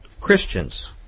Christians